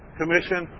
commission